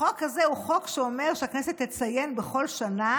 החוק הזה אומר שהכנסת תציין בכל שנה